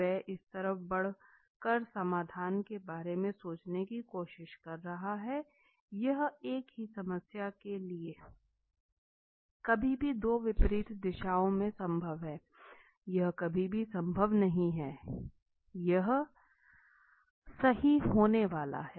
वह इस तरफ बढ़ कर समाधान के बारे में सोचने की कोशिश कर रहा है यह एक ही समस्या के लिए कभी भी दो विपरीत दिशाओं में संभव है यह कभी भी संभव नहीं है कि यह सही होने वाला है